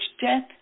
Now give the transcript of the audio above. death